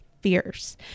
fierce